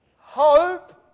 hope